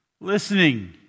listening